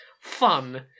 fun